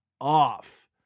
off